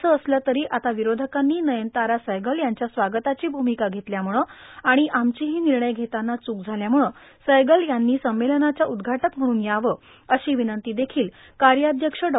असं असलं तरी आता विरोधकांनी नयनतारा सहगल यांच्या स्वागताची भूमिका घेतल्यामुळे आणि आमचीही निर्णय घेताना चूक झाल्यामुळे सहगल यांनी संमेलनाच्या उद्घाटक म्हणून यावे अशी विनंती देखील कार्याध्यक्ष डॉ